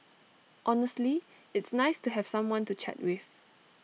honestly it's nice to have someone to chat with